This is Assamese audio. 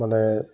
মানে